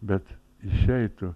bet išeitų